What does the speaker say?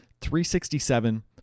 367